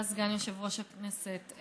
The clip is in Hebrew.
תודה, סגן יושב-ראש הכנסת.